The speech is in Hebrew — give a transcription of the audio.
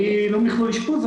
אני לא מכלול אשפוז,